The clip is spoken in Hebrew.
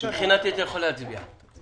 מבחינתי אתה יכול להצביע.